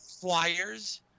flyers